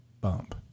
bump